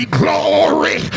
glory